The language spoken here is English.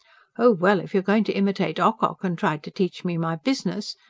oh, well, if you're going to imitate ocock and try to teach me my business!